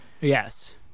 Yes